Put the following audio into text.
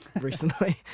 recently